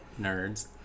nerds